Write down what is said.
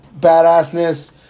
badassness